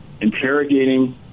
interrogating